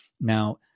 Now